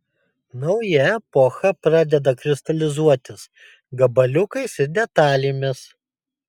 nauja epocha pradeda kristalizuotis gabaliukais ir detalėmis